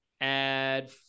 Add